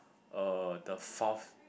uh the fourth